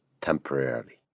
temporarily